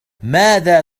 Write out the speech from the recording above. ماذا